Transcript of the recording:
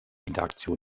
interaktion